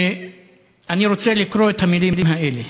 בהחלט, היום